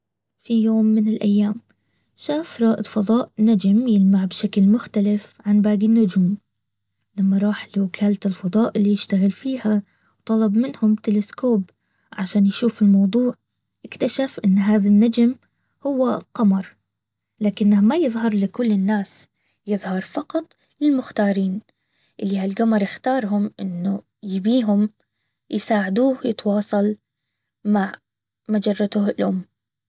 في يوم من الايام شاف رائد فضاء نجم يلمع بشكل مختلف عن باقي النجوم. لما راح لوكالة الفضاء اللي يشتغل فيها وطلب منهم تلسكوب عشان يشوف الموضوع اكتشف ان هذا النجم هو قمر لكنه ما يظهر لكل الناس يظهر فقط للمختارين. اللي هالقمر اختارهم انه يبيهم يساعدوه يتواصل مع مجرته الام